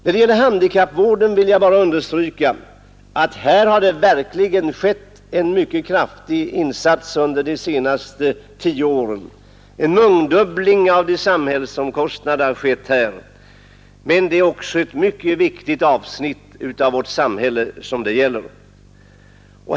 När det gäller handikappvården vill jag understryka att det verkligen har gjorts en mycket kraftig insats här under de senaste tio åren. En mångdubbling av samhällsomkostnaderna har skett, men så är det också ett mycket viktigt avsnitt av vårt samhälle som det gäller.